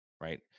right